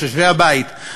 יושבי הבית,